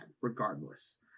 regardless